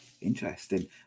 Interesting